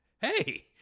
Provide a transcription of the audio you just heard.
Hey